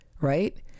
right